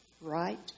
Right